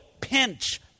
pinch